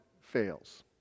fails